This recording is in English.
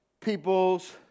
people's